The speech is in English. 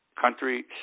country